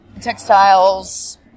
textiles